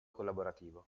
collaborativo